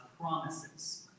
promises